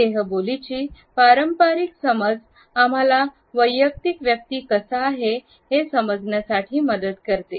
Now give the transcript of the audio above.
देहबोलीची पारंपारिक समज आम्हाला वैयक्तिक व्यक्ती कसा आहे हे समजण्यासाठी मदत करतो